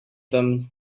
them